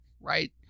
right